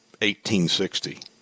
1860